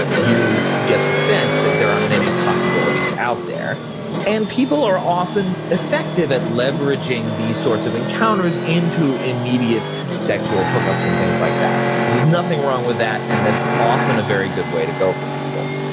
you get the sense that there are many possibilities out there and people are often effective at leveraging these sorts of encounters into immediate sexual hookups and things like that. so there's nothing wrong with that and that's often a very good way to go for people.